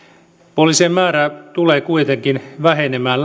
poliisien määrä tulee kuitenkin vähenemään